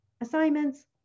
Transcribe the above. assignments